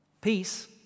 Peace